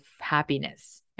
happiness